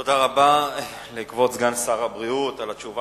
תודה רבה לכבוד סגן שר הבריאות על התשובה